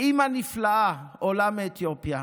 לאימא נפלאה עולה מאתיופיה,